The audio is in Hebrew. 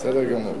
בסדר גמור.